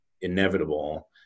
inevitable